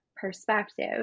perspective